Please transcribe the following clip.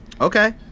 okay